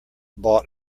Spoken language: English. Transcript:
bought